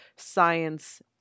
Science